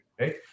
right